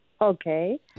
Okay